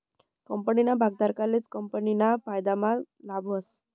कंपनीना भागधारकलेच कंपनीना फायदाना लाभ व्हस